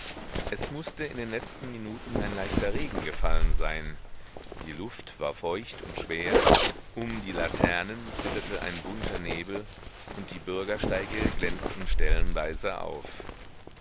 es mußte in den letzten minuten ein leichter regen gefallen sein die luft war feucht und schwer um die laternen zitterte ein bunter nebel und die bürgersteige glänzten stellenweise auf